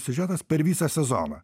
siužetas per visą sezoną